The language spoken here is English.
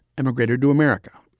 emigrated to america.